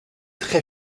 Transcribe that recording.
très